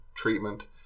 treatment